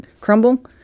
crumble